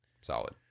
solid